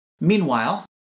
Meanwhile